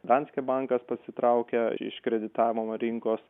danske bankas pasitraukė iš kreditavimo rinkos